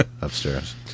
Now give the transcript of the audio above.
upstairs